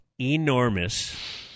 enormous